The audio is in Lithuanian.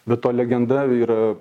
be to legenda yra